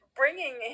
bringing